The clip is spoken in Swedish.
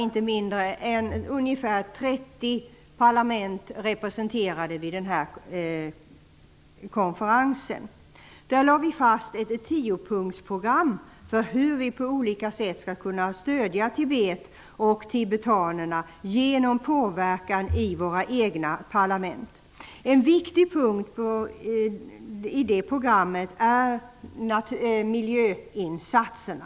Inte mindre än ungefär 30 parlament var representerade på den här konferensen. Där lade vi fast ett tiopunktsprogram för hur vi på olika sätt skall kunna stödja Tibet och tibetanerna genom påverkan i våra egna parlament. En viktig punkt i det programmet är miljöinsatserna.